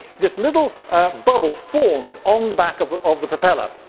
this little bubble forms on the back of of the propeller.